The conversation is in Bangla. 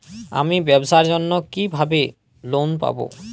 আমি ব্যবসার জন্য কিভাবে লোন পাব?